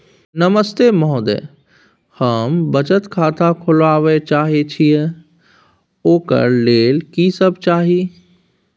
नमस्ते महोदय, हम बचत खाता खोलवाबै चाहे छिये, ओकर लेल की सब चाही?